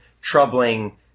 troubling